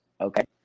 Okay